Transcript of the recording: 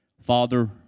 Father